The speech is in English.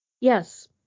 Yes